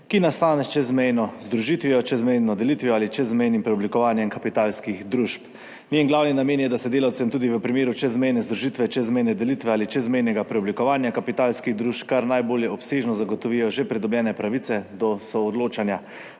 ki nastane s čezmejno združitvijo, čezmejno delitvijo ali čezmejnim preoblikovanjem kapitalskih družb. Njen glavni namen je, da se delavcem tudi v primeru čezmejne združitve, čezmejne delitve ali čezmejnega preoblikovanja kapitalskih družb kar najbolj obsežno zagotovijo že pridobljene pravice do soodločanja.